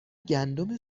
گندم